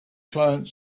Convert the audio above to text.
client